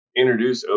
introduce